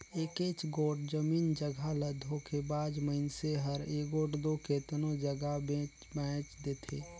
एकेच गोट जमीन जगहा ल धोखेबाज मइनसे हर एगोट दो केतनो जगहा बेंच बांएच देथे